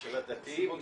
של הדתיים,